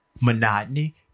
monotony